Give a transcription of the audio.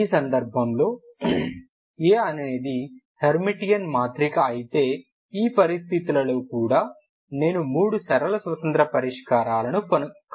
ఆ సందర్భంలో A అనేది హెర్మిటియన్ మాత్రిక అయితే ఈ పరిస్థితులలో కూడా నేను మూడు సరళ స్వతంత్ర పరిష్కారాలను కనుగొనగలను